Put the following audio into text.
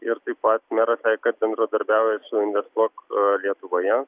ir taip pat meras sakė kad bendradarbiauja su investuok lietuvoje